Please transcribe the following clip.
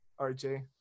RJ